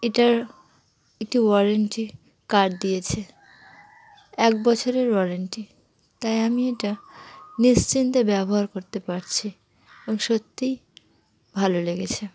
এটার একটি warranty card দিয়েছে এক বছরের ওয়ারেন্টি তাই আমি এটা নিশ্চিন্তে ব্যবহার করতে পারছি এবং সত্যিই ভালো লেগেছে